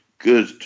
good